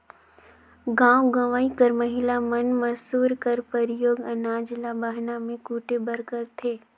गाँव गंवई कर महिला मन मूसर कर परियोग अनाज ल बहना मे कूटे बर करथे